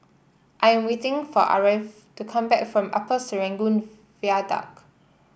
I am waiting for Aarav to come back from Upper Serangoon Viaduct